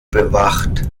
bewacht